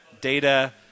data